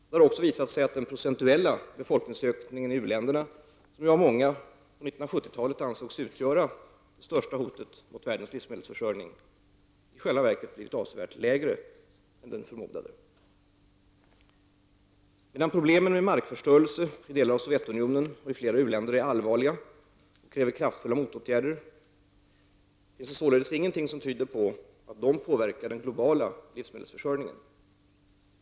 Det har också visat sig att den procentuella befolkningsökningen i u-länderna, som av många på 1970-talet ansågs utgöra det största hotet mot världens livsmedelsförsörjning, i själva verket blivit avsevärt lägre än den förmodade. Medan problemen med markförstörelse i delar av Sovjetunionen och i flera u-länder är allvarliga och kräver kraftfulla motåtgärder, finns det således ingenting som tyder på att de påverkar den globala livsmedelsförsörjningen.